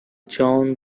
john